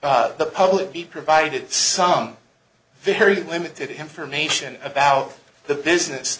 the public be provided some very limited information about the business